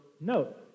note